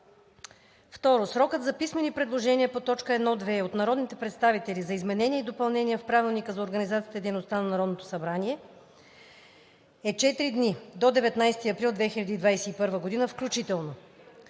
2. Срокът за писмени предложения по точка 1.2. от народните представители за изменение и допълнение в Правилника за организацията и дейността на Народното събрание е четири дни – до 19 април 2021 г. включително.